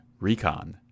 Recon